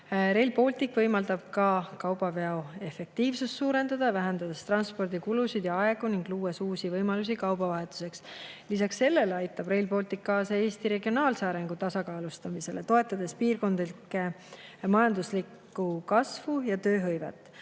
Rail Baltic võimaldab ka kaubaveo efektiivsust suurendada, vähendades transpordikulusid ja -aega ning luues uusi võimalusi kaubavahetuseks. Lisaks sellele aitab Rail Baltic kaasa Eesti regionaalse arengu tasakaalustamisele, toetades piirkondlikku majanduskasvu ja tööhõivet. Sarnaselt